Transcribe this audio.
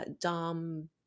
Dom